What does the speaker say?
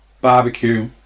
barbecue